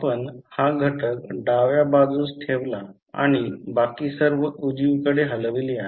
आपण हा घटक डाव्या बाजूस ठेवला आहे आणि बाकी सर्व उजवीकडे हलविले आहे